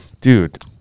dude